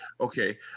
okay